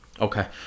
Okay